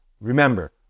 Remember